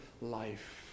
life